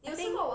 I think